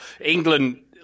England